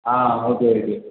ah okay okay